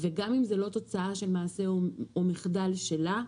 וגם אם זה לא תוצאה של מעשה או מחדל שלה,